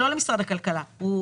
מערך הדיגיטל אמנם נמצא אצלי,